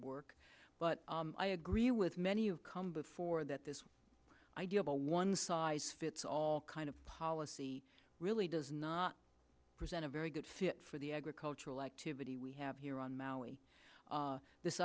work but i agree with many of come before that this the idea of a one size fits all kind of policy really does not present a very good fit for the agricultural activity we have here on maui this